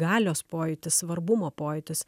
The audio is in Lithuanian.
galios pojūtis svarbumo pojūtis